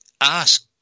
ask